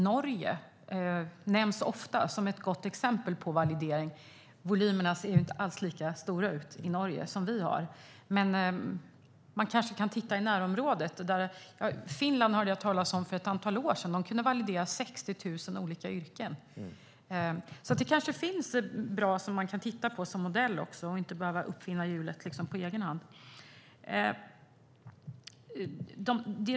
Norge nämns ofta som ett gott exempel i fråga om validering. Volymerna är inte lika stora i Norge som i Sverige, men vi kan titta i närområdet. Jag hörde för ett antal år sedan att man i Finland kan validera 60 000 olika yrken. Det kanske finns bra modeller att titta på så att vi inte behöver uppfinna hjulet på egen hand.